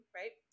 right